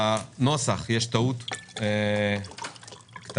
בנוסח יש טעות קטנה.